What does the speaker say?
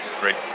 Great